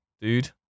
dude